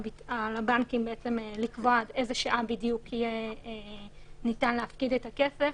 הבנקים לקבוע עד איזה שעה בדיוק ניתן יהיה להפקיד את הכסף,